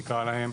נקרא להם,